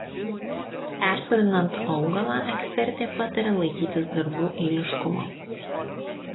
persodinant augalą ekspertė pataria laikytis darbų eiliškumo